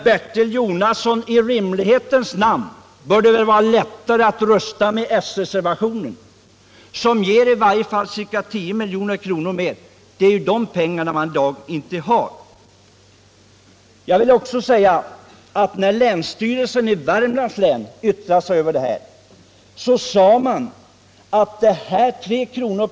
Men i rimlighetens namn bör det väl vara lättare, Bertil Jonasson, att rösta med s-reservationen, som i varje fall ger ca 10 milj.kr. Det är ju de pengarna man i dag inte har. När länsstyrelsen i Värmlands län yttrade sig över trafikpolitiska utredningens betänkande, sade man att 3 kr.